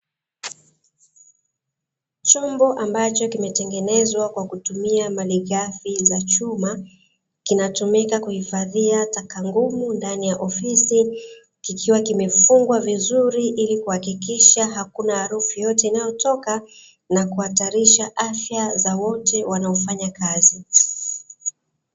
Chombo ambacho kimetengenezwa kwa kutumia malighafi za chuma, kinatumika kuhifadhia taka ngumu ndani ya ofisi, kikiwa kimefungwa vizuri ili kuhakikisha hakuna harufu yoyote inayotoka na kuhatarisha afya za wote wanaofanya kazi.